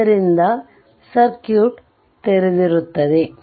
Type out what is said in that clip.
ಆದ್ದರಿಂದ ಸರ್ಕ್ಯೂಟ್ ತೆರೆದಿರುತ್ತದೆ